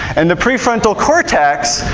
and the prefrontal cortex,